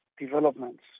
developments